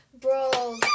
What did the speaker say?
Bro